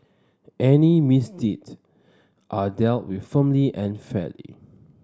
any misdeeds are dealt with firmly and fairly